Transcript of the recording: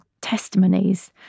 testimonies